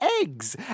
eggs